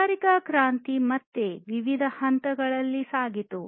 ಕೈಗಾರಿಕಾ ಕ್ರಾಂತಿ ಮತ್ತೆ ವಿವಿಧ ಹಂತಗಳಲ್ಲಿ ಸಾಗಿತು